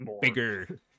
bigger